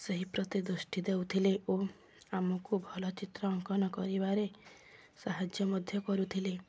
ସେହି ପ୍ରତି ଦୃଷ୍ଟି ଦେଉଥିଲେ ଓ ଆମକୁ ଭଲ ଚିତ୍ର ଅଙ୍କନ କରିବାରେ ସାହାଯ୍ୟ ମଧ୍ୟ କରୁଥିଲେ